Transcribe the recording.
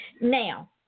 Now